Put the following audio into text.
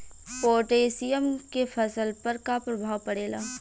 Potassium के फसल पर का प्रभाव पड़ेला?